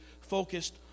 focused